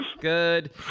Good